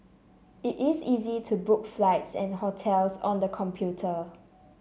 it is easy to book flights and hotels on the computer